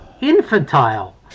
infantile